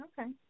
Okay